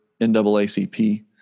NAACP